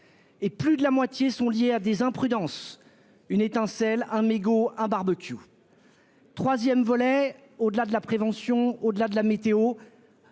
et plus de la moitié sont liés à des imprudences- une étincelle, un mégot, un barbecue. Au-delà de la prévention et de la météo,